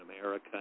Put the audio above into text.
America